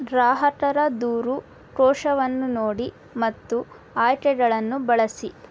ಗ್ರಾಹಕರ ದೂರು ಕೋಶವನ್ನು ನೋಡಿ ಮತ್ತು ಆಯ್ಕೆಗಳನ್ನು ಬಳಸಿ